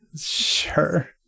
Sure